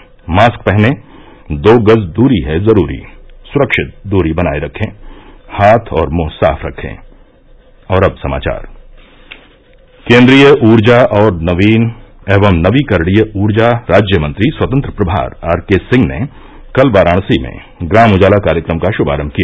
mask पहनें दो गज दूरी है जरूरी सुरक्षित दूरी बनाये रखें हाथ और मुंह साफ रखे और अब समाचार केंद्रीय ऊर्जा और नवीन एवं नवीकरणीय ऊर्जा राज्य मंत्री स्वतंत्र प्रभार आरके सिंह ने कल वाराणसी में ग्राम उजाला कार्यक्रम का श्मारंभ किया